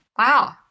Wow